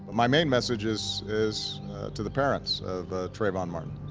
my main message is, is to the parents of trayvon martin.